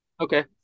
okay